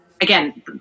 again